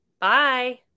Bye